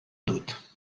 dut